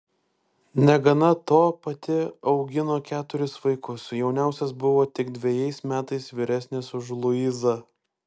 negana to pati augino keturis vaikus jauniausias buvo tik dvejais metais vyresnis už luizą